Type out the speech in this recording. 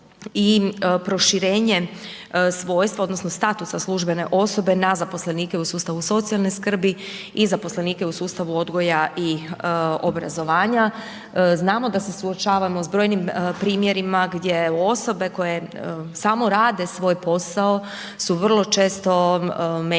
i proširenje svojstva odnosno statusa službene osobe na zaposlenike u sustavu socijalne skrbi i zaposlenike u sustavu odgoja i obrazovanja. Znamo da se suočavamo s brojnim primjerima gdje osobe koje samo rade svoj posao su vrlo često mete